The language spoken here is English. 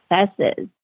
successes